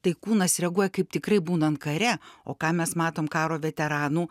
tai kūnas reaguoja kaip tikrai būnant kare o ką mes matom karo veteranų